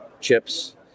chips